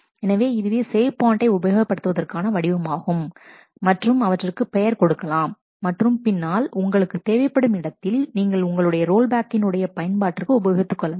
எனவே இதுவே சேவ் பாயிண்டை உபயோகப் படுத்துவதற்கான வடிவமாகும் மற்றும் அவற்றிற்கு பெயர் கொடுக்கலாம் மற்றும் பின்னால் உங்களுக்கு தேவைப்படும் இடத்தில் நீங்கள் உங்களுடைய ரோல் பேக்கின் உடைய பயன்பாட்டிற்கு உபயோகித்துக்கொள்ளலாம்